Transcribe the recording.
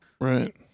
Right